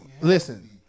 Listen